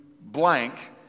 blank